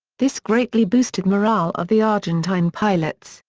this greatly boosted morale of the argentine pilots,